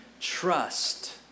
trust